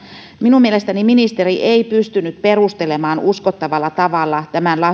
minun mielestäni ministeri ei pystynyt perustelemaan uskottavalla tavalla tämän